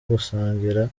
gusangira